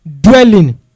dwelling